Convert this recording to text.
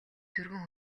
түргэн